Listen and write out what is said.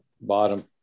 bottom